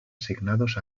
asignados